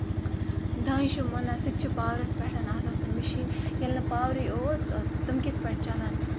دانہِ چھِ مۄنان سُہ تہِ چھُ پاورس پٮ۪ٹھ آسان سُہ مِشیٖن ییٚلہِ نہٕ پاورٕے اوس تِم کِتھ پٲٹھۍ چلان